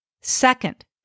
Second